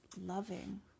loving